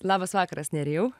labas vakaras nerijau